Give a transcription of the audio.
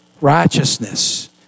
Righteousness